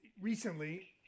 recently